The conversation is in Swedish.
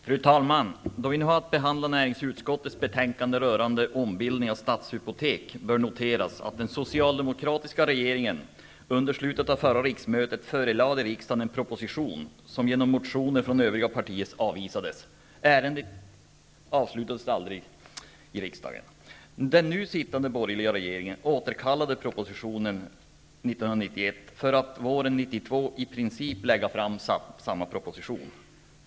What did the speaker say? Fru talman! Då vi nu har att behandla näringsutskottets betänkande rörande ombildning av Stadshypotek, bör det noteras att den socialdemokratiska regeringen under slutet av förra riksmötet förelade riksdagen en proposition, som genom motioner från övriga partier avvisades. Den nu sittande borgerliga regeringen återkallade propositionen 1991 för att våren 1992 i princip lägga fram samma proposition.